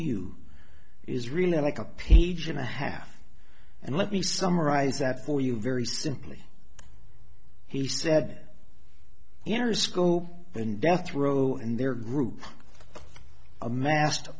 you is really like a page and a half and let me summarize that for you very simply he said inner scope and death row and their group amassed